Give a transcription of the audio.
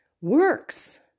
works